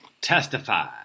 Testify